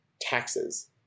taxes